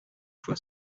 fois